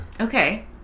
Okay